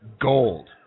gold